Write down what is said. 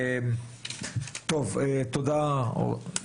תודה רבה.